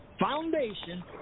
foundation